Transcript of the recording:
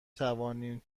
توانیم